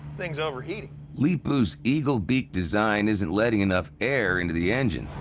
thing's overheating. leepu's eagle beak design isn't letting enough air into the engine,